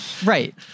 Right